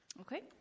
okay